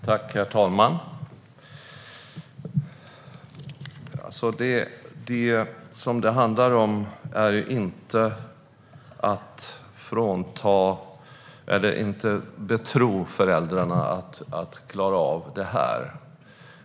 Herr talman! Det som det handlar om är inte att inte betro föräldrarna att klara av detta.